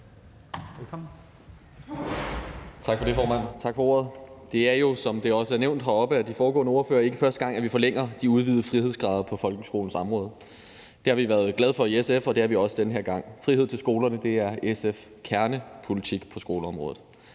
Tak for det, formand, tak for ordet. Det er jo, som det også er nævnt heroppe af de foregående ordfører, ikke første gang, at vi forlænger de udvidede frihedsgrader på folkeskolens område. Det har vi været glade for i SF, og det er vi også den her gang. Frihed til skolerne er SF-kernepolitik på skoleområdet.